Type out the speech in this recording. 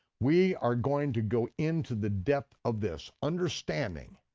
we are going to go into the depth of this, understanding